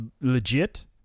legit